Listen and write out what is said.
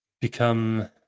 become